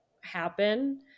happen